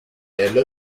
elle